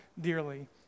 dearly